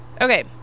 Okay